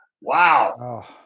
Wow